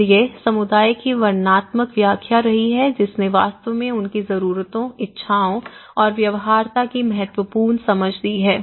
इसलिए समुदाय की वर्णनात्मक व्याख्या रही है जिसने वास्तव में उनकी जरूरतों इच्छाओं और व्यवहार्यता की महत्वपूर्ण समझ दी है